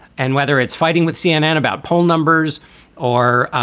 and whether it's fighting with cnn about poll numbers or,